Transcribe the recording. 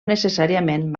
necessàriament